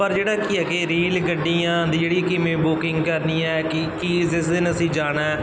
ਪਰ ਜਿਹੜਾ ਕੀ ਹੈ ਕਿ ਰੇਲ ਗੱਡੀਆਂ ਦੀ ਜਿਹੜੀ ਕਿਵੇਂ ਬੁਕਿੰਗ ਕਰਨੀ ਹੈ ਕੀ ਕੀ ਜਿਸ ਦਿਨ ਅਸੀਂ ਜਾਣਾ